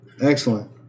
Excellent